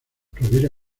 rovira